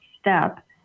step